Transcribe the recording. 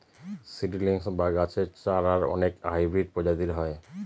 seedlings বা গাছের চারার অনেক হাইব্রিড প্রজাতি হয়